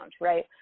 right